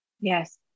Yes